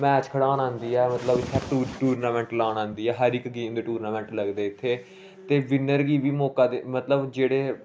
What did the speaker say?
match खढान औंदी ऐ मतलब इत्थै टू टूरनामैंट लान औंदी ऐ हर इक गेम दे टूरनामैंट लगदे इत्थै ते विन्नर गी बी मौका दि मतलब जेह्ड़े